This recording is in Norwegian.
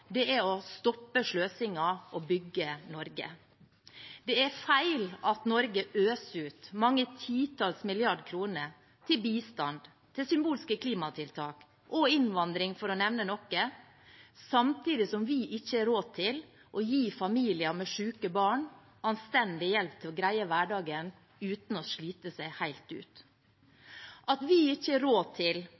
er å stoppe sløsingen og bygge Norge. Det er feil at Norge øser ut mange titalls milliarder kroner til bistand, til symbolske klimatiltak og til innvandring, for å nevne noe, samtidig som vi ikke har råd til å gi familier med syke barn anstendig hjelp til å greie hverdagen uten å slite seg helt ut. At vi ikke har råd til